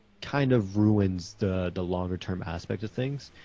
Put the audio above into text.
kind of ruins the the longer term aspect of things.